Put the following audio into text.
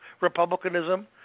republicanism